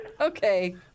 Okay